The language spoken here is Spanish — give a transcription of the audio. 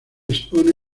expone